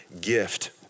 gift